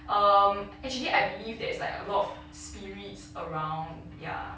um actually I believe that it's like a lot of spirits around ya